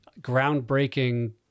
groundbreaking